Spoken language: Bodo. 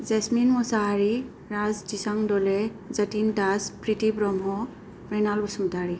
जेसमिन मसाहारि राज तिसां दले जतिन दास प्रिति ब्रह्म प्रेरना बसुमतारि